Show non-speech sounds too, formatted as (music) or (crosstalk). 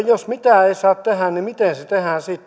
(unintelligible) jos mitään ei saa tehdä niin miten se (unintelligible)